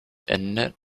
innit